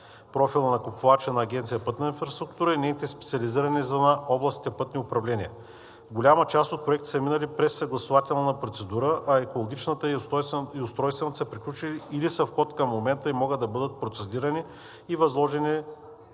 профила на купувача на Агенция „Пътна инфраструктура“ и нейните е специализирани звена – областните пътни управления. Голяма част от проектите са минали през съгласувателна процедура, а екологичната и устройствената са приключили или са в ход към момента и могат да бъдат процедирани и възложени